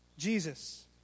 Jesus